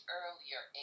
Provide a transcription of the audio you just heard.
earlier